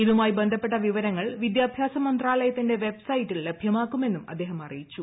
ഇതുമായി ബന്ധപ്പെട്ട വിവരങ്ങൾ വിദ്യാഭ്യാസമന്ത്രാലയത്തിന്റെ വെബ്സൈറ്റിൽ ലഭ്യമാകുമെന്നും അദ്ദേഹം അറിയിച്ചു